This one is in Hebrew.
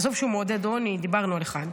עזוב שהוא מעודד עוני, דיברנו על אחת.